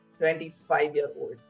25-year-old